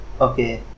okay